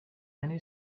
many